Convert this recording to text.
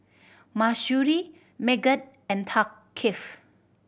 Mahsuri Megat and Thaqif